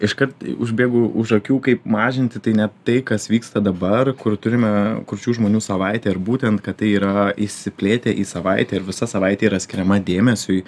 iškart užbėgu už akių kaip mažinti tai ne tai kas vyksta dabar kur turime kurčių žmonių savaitę ir būtent kad tai yra išsiplėtę į savaitę ir visa savaitė yra skiriama dėmesiui